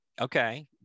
Okay